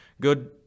Good